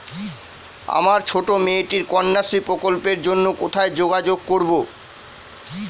আমার ছোট্ট মেয়েটির কন্যাশ্রী প্রকল্পের জন্য কোথায় যোগাযোগ করব?